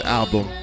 album